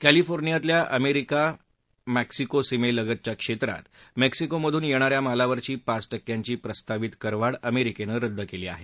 कैलिफोर्नियातल्या अमरीका मेक्सिको सीमेलगतच्या क्षेत्रात मेक्सिकोमधून येणाऱ्या मालावरची पाच टक्क्यांची प्रस्तावित करवाढ अमेरिकेनं रद्द केली आहे